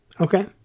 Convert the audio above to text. Okay